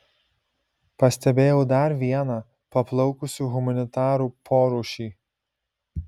pastebėjau dar vieną paplaukusių humanitarų porūšį